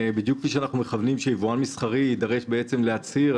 בדיוק כפי שאנחנו מכוונים שיבואן מסחרי יידרש להצהיר,